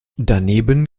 daneben